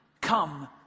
come